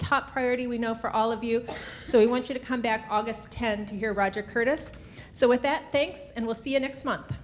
top priority we know for all of you so we want you to come back august tenth here roger curtis so with that thanks and we'll see you next month